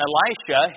Elisha